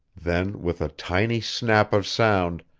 then, with a tiny snap of sound,